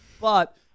But-